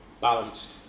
Balanced